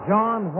John